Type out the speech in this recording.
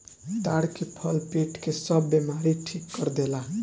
ताड़ के फल पेट के सब बेमारी ठीक कर देला